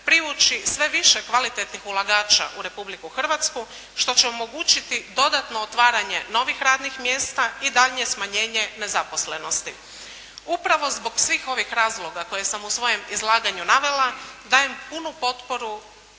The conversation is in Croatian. privući sve više kvalitetnih ulagača u Republiku Hrvatsku što će omogućiti dodatno otvaranje novih radnih mjesta i daljnje smanjenje nezaposlenosti. Upravo zbog svih ovih razloga koje sam u svojem izlaganju navela, dajem punu potporu